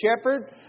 shepherd